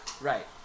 right